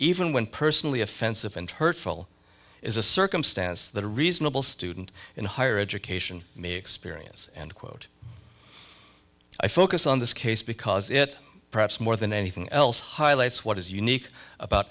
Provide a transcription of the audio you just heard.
when personally offensive and hurtful is a circumstance that a reasonable student in higher education may experience and quote i focus on this case because it perhaps more than anything else highlights what is unique about